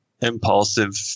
Impulsive